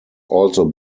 also